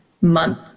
month